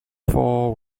fall